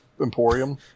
emporium